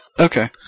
Okay